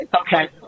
Okay